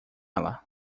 ela